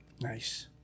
Nice